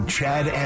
Chad